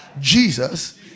Jesus